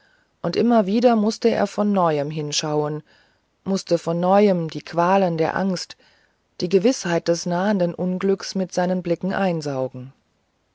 und immer wieder mußte er von neuem hinschauen mußte von neuem die qualen der angst die gewißheit des nahenden unglücks mit seinen blicken einsaugen